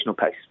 pace